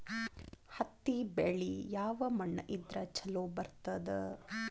ಹತ್ತಿ ಬೆಳಿ ಯಾವ ಮಣ್ಣ ಇದ್ರ ಛಲೋ ಬರ್ತದ?